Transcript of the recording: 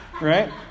right